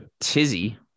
tizzy